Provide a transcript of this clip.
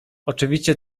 oczywiście